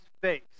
face